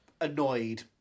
annoyed